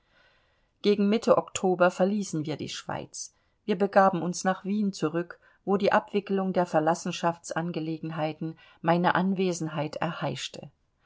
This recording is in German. gegen mitte oktober verließen wir die schweiz wir begaben uns nach wien zurück wo die abwickelung der verlassenschaftsangelegenheiten meine anwesenheit erheischte